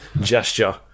gesture